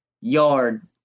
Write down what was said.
yard